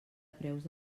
preus